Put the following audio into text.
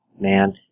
man